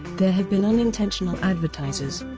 there have been unintentional advertisers.